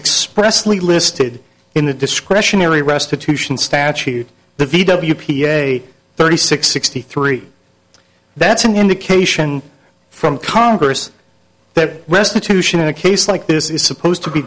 expressly listed in the discretionary restitution statute the v w p a thirty six sixty three that's an indication from congress that restitution in a case like this is supposed to be